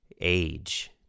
Age